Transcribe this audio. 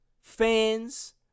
fans